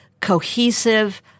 cohesive –